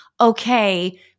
okay